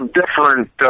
different